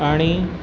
आणि